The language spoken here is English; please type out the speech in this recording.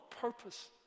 purpose